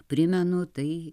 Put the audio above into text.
primenu tai